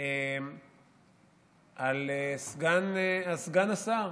על סגן השר.